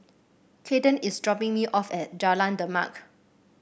Cayden is dropping me off at Jalan Demak